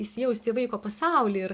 įsijausti į vaiko pasaulį ir